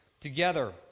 Together